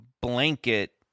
blanket